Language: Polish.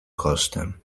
kosztem